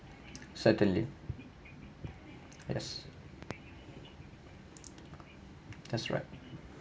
certainly yes that's right